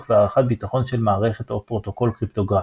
והערכת ביטחון של מערכת או פרוטוקול קריפטוגרפיים.